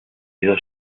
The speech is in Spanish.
dos